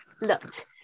looked